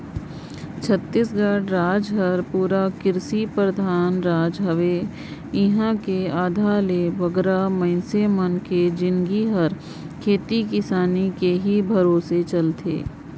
छत्तीसगढ़ राएज हर पूरा किरसी परधान राएज हवे इहां कर आधा ले बगरा मइनसे मन कर जिनगी हर खेती किसानी कर ही भरोसे चलथे